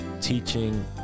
teaching